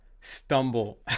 stumble